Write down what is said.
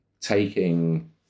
taking